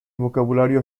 vocabulario